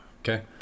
okay